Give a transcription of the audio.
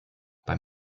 beim